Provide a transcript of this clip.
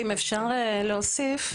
אם אפשר להוסיף,